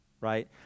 right